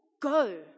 go